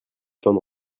temps